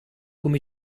come